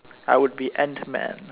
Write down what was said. I would be Ant-Man